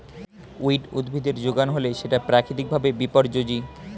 weed উদ্ভিদের যোগান হলে সেটা প্রাকৃতিক ভাবে বিপর্যোজী